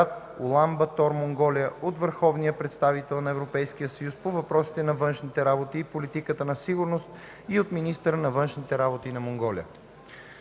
Улан Батор, Монголия, от Върховния представител на Европейския съюз по въпросите на външните работи и политиката на сигурност и от министъра на външните работи на Монголия.